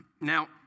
Now